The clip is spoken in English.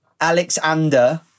Alexander